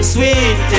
Sweet